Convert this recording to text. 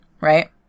right